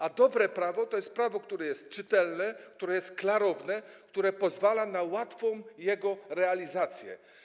A dobre prawo to jest prawo, które jest czytelne, które jest klarowne, które pozwala na jego łatwą realizację.